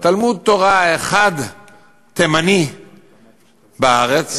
תלמוד-תורה אחד תימני בארץ,